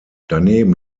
daneben